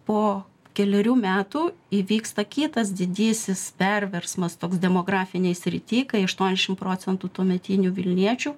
po kelerių metų įvyksta kitas didysis perversmas toks demografinėj srity kai aštuoniasšim procentų tuometinių vilniečių